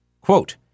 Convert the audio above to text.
Quote